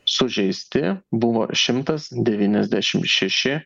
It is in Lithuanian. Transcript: sužeisti buvo šimtas devyniasdešim šeši